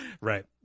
Right